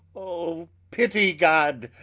o pitty god,